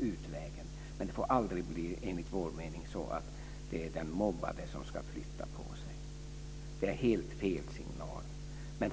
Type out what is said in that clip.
utvägen. Men det får aldrig enligt vår mening bli så att det är den mobbade som ska flytta på sig. Det är helt fel signal.